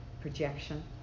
Projection